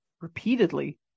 repeatedly